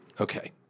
Okay